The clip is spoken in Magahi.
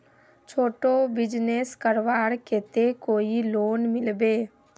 छोटो बिजनेस करवार केते कोई लोन मिलबे?